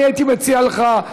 אני הייתי מציע לך,